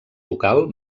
local